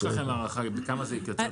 יש לכם הערכה בכמה זמן זה יתקצר?